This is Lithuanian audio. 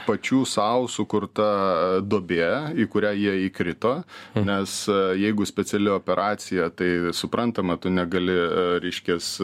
pačių sau sukurta duobė į kurią jie įkrito nes jeigu speciali operacija tai suprantama tu negali reiškias